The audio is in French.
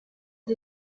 est